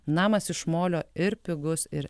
namas iš molio ir pigus ir